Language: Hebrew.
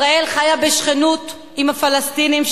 ישראל חיה בשכנות עם הפלסטינים,